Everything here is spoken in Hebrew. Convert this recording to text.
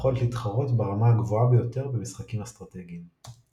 והיכולת להתחרות ברמה הגבוהה ביותר במשחקים אסטרטגיים.